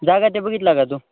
जागा ते बघितला का तू